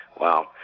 Wow